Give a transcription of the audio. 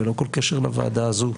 ללא כל קשר לוועדה הזו,